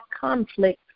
conflict